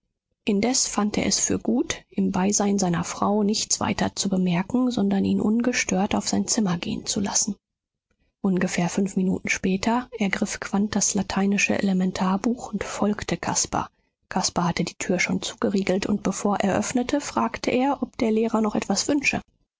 indes fand er es für gut im beisein seiner frau nichts weiter zu bemerken sondern ihn ungestört auf sein zimmer gehen zu lassen ungefähr fünf minuten später ergriff quandt das lateinische elementarbuch und folgte caspar caspar hatte die tür schon zugeriegelt und bevor er öffnete fragte er ob der lehrer noch etwas wünsche